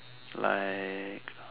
like